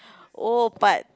oh but